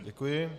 Děkuji.